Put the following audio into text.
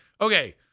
Okay